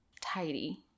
tidy